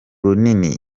rurimi